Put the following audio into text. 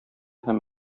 һәм